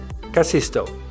Casisto